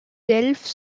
delphes